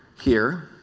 here